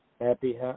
Happy